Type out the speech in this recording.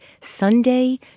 Sunday